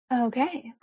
Okay